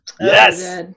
Yes